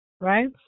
right